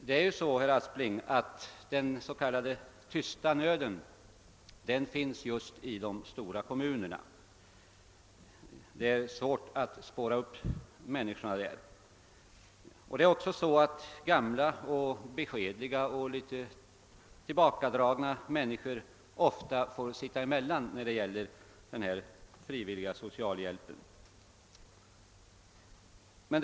Det är ju så, herr Aspling, att den s.k. tysta nöden finns just i de stora kommunerna — det är svårt att spåra upp människorna där. Gamla och beskedliga och litet tillbakadragna människor får också ofta sitta emellan när det gäller den frivilliga socialhbjälpen.